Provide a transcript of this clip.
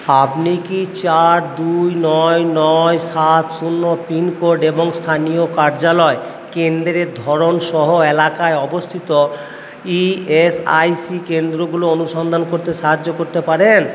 আবনি কি চার দুই নয় নয় সাত শূন্য পিনকোড এবং স্থানীয় কার্যালয় কেন্দ্রের ধরন সহ এলাকায় অবস্থিত ইএসআইসি কেন্দ্রগুলো অনুসন্ধান করতে সাহায্য করতে পারেন